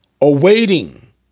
awaiting